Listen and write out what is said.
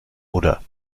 oder